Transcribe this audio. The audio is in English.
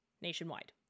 Nationwide